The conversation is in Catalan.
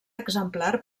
exemplar